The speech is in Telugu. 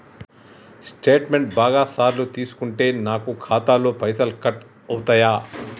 స్టేట్మెంటు బాగా సార్లు తీసుకుంటే నాకు ఖాతాలో పైసలు కట్ అవుతయా?